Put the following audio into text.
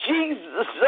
Jesus